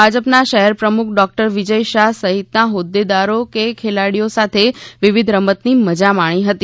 ભાજપના શહેર પ્રમુખ ડોક્ટર વિજય શાહ સહિતના હોદ્દેદારો કે ખેલાડીઓ સાથે વિવિધ રમતની મજા માણી હતી